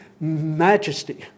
majesty